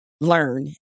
learn